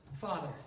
Father